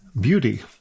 beauty